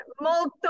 Molto